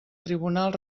tribunal